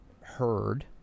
heard